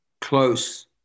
close